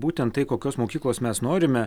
būtent tai kokios mokyklos mes norime